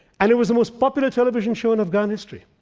and it was the most popular television show in afghan history.